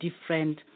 different